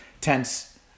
tense